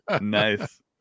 Nice